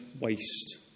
Waste